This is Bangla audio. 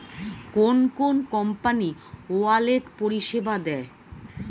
কোন কোন কোম্পানি ওয়ালেট পরিষেবা দেয়?